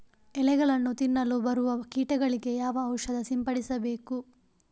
ಎಲೆಗಳನ್ನು ತಿನ್ನಲು ಬರುವ ಕೀಟಗಳಿಗೆ ಯಾವ ಔಷಧ ಸಿಂಪಡಿಸಬೇಕು?